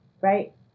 right